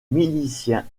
miliciens